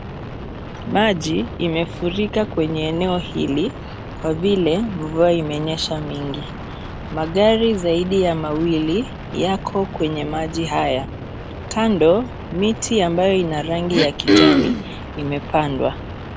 Maji yamefurika kwenye eneo hili kwa vile mvua imenyesha nyingi. Magari zaidi ya mawili yako kwenye maji haya. Kando miti ambayo ina rangi ya kijani imepandwa.